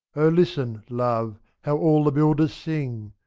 o listen, love, how all the builders sing!